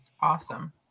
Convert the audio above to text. Awesome